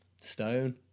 stone